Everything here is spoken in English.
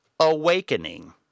Awakening